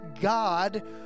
God